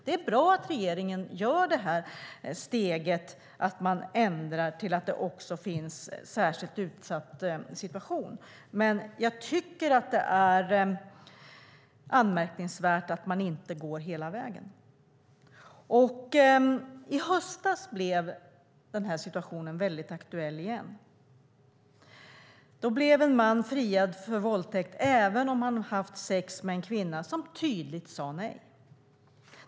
Det är bra att regeringen tar steget så att det också står "särskilt utsatt situation". Men jag tycker att det är anmärkningsvärt att man inte går hela vägen. I höstas blev den här situationen väldigt aktuell igen. Då blev en man friad för våldtäkt, trots att han hade haft sex med en kvinna som tydligt sagt nej.